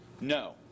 No